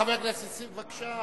חבר הכנסת נסים זאב, בבקשה,